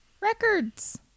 records